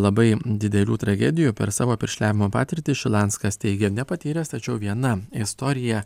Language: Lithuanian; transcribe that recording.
labai didelių tragedijų per savo piršliavimo patirtį šilanskas teigia nepatyręs tačiau viena istorija